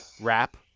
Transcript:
wrap